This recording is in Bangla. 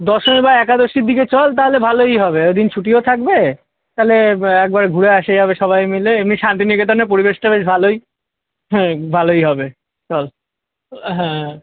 দশমী বা একাদশীর দিকে চল তাহলে ভালোই হবে ওদিন ছুটিও থাকবে তালে একবারে ঘুরে আসা যাবে সবাই মিলে এমনি শান্তিনিকেতনে পরিবেশটা বেশ ভালোই হ্যাঁ ভালোই হবে চল হ্যাঁ